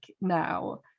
now